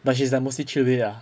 but she's like mostly ceria ah